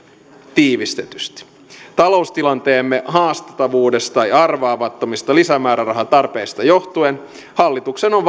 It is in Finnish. tiivistetysti taloustilanteemme haastavuudesta ja arvaamattomista lisämäärärahatarpeista johtuen hallituksen on